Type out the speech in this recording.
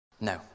no